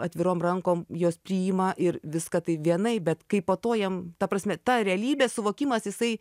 atvirom rankom juos priima ir viską tai vienaip bet kai po to jiem ta prasme ta realybės suvokimas jisai